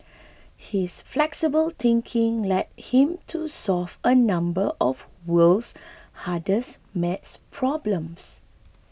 his flexible thinking led him to solve a number of the world's hardest maths problems